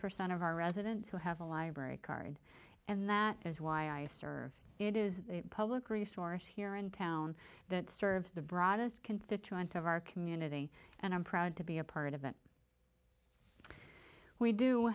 percent of our residents who have a library card and that is why i serve it is a public resource here in town that serves the broadest constituents of our community and i'm proud to be a part of that we do